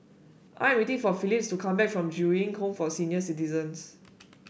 I am waiting for Phillis to come back from Ju Eng Home for Senior Citizens